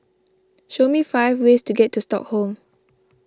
show me five ways to get to Stockholm